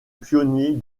pionnier